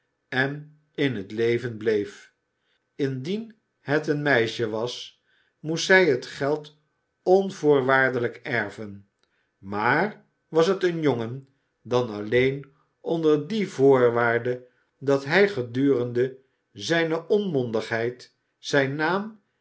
en in het leven bleef indien het een meisje was moest zij het geld onvoorwaardelijk erven maar was het een jongen dan alleen onder die voorwaarde dat hij gedurende zijne onmondigheid zijn naam